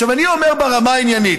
עכשיו אני אומר ברמה העניינית: